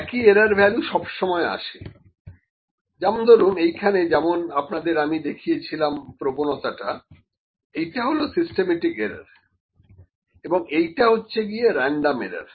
এক ই error value সব সময় আসে যেমন ধরুন এইখানে যেমন আপনাদের আমি দেখিয়েছিলাম প্রবণতাটাএইটা হল সিস্টেমেটিক এরার এবং এইটা হচ্ছে গিয়ে রেনডম এরার